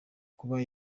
kuba